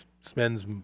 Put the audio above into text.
spends